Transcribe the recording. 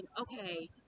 okay